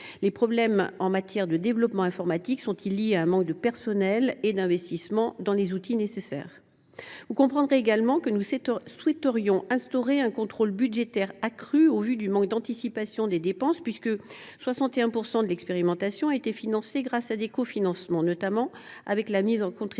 Les problèmes en matière de développement informatique sont ils liés à un manque de personnel et d’investissement dans les outils nécessaires ? Vous comprendrez également que nous souhaitions instaurer un contrôle budgétaire accru, au vu du manque d’anticipation des dépenses, dès lors que 61 % de l’expérimentation a été financée grâce à des cofinancements, notamment par la mise à contribution